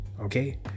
okay